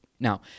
Now